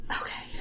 Okay